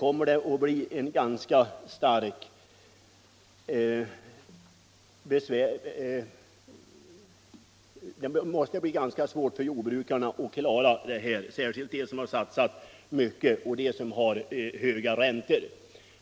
Får vi inte en sådan uppräkning så blir det svårt för jordbrukarna att klara sig, särskilt de som har satsat mycket och därför har höga amorteringar och räntor.